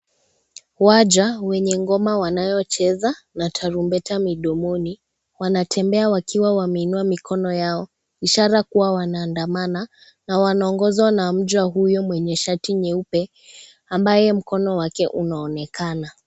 Waja wenye ngoma wanayo cheza na tarumbeta midomoni. Wanatembea wakiwa wameinua mikono yao, ishara kuwa wanaandamana na wanaongozwa na mja huyo mwenye shati nyeupe, ambaye mkono wake unaonekana.